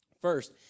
First